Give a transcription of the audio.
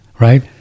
right